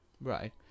Right